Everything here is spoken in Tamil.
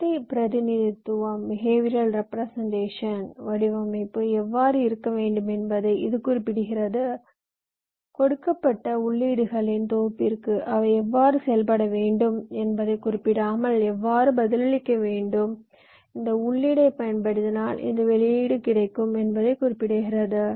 நடத்தை பிரதிநிதித்துவம் வடிவமைப்பு எவ்வாறு இருக்க வேண்டும் என்பதை இது குறிப்பிடுகிறது கொடுக்கப்பட்ட உள்ளீடுகளின் தொகுப்பிற்கு அவை எவ்வாறு செயல்பட வேண்டும் என்பதைக் குறிப்பிடாமல் எவ்வாறு பதிலளிக்க வேண்டும் இந்த உள்ளீட்டைப் பயன்படுத்தினால் இந்த வெளியீடு கிடைக்கும் என்பதை குறிப்பிடுகிறது